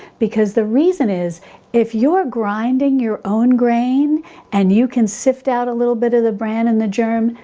because the reason is if you're grinding your own grain and you can sift out a little bit of the bran and the germ,